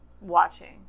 watching